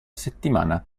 settimana